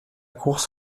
course